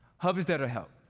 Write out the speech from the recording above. hub is there to help.